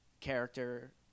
character